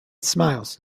smiles